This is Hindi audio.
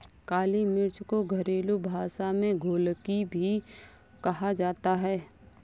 काली मिर्च को घरेलु भाषा में गोलकी भी कहा जाता है